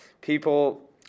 People